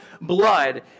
blood